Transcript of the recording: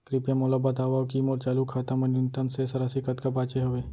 कृपया मोला बतावव की मोर चालू खाता मा न्यूनतम शेष राशि कतका बाचे हवे